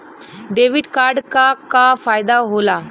Debit card क का फायदा हो ला?